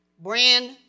brand